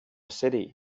city